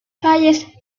hires